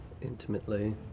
intimately